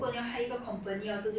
won't hurt your conscience ah